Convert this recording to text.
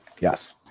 Yes